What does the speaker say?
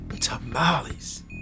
tamales